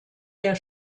der